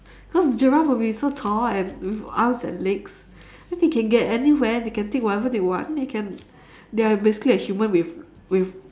cause giraffes would be so tall and with arms and legs then they get anywhere they can take whatever they want they can they're basically a human with with